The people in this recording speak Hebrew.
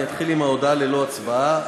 אני אתחיל בהודעה ללא הצבעה.